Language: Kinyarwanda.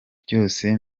byose